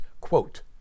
quote